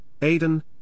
Aiden